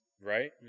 Right